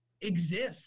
exist